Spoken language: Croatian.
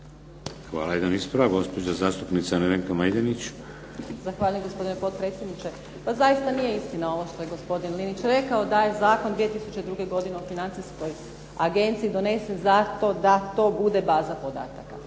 Hvala. Jedan ispravak, gospođa zastupnica Nevenka Majdenić. **Majdenić, Nevenka (HDZ)** Hvala gospodine potpredsjedniče. Zaista nije istina ovo što je gospodin Linić rekao da je Zakon 2002. godine o Agenciji donesen zato da to bude baza podataka.